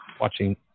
watching